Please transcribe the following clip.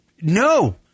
no